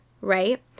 right